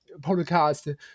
podcast